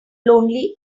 lonely